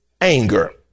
anger